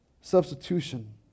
substitution